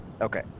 Okay